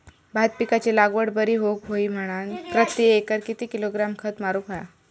भात पिकाची लागवड बरी होऊक होई म्हणान प्रति एकर किती किलोग्रॅम खत मारुक होया?